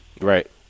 Right